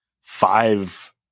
five